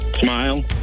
Smile